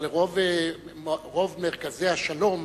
אבל רוב מרכזי השלום